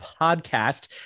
podcast